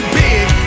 big